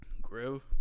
Grill